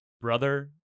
Brother